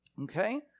okay